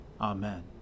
Amen